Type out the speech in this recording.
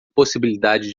possibilidade